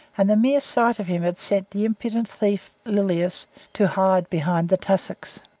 and the mere sight of him had sent the impudent thief lilias to hide behind the tussocks.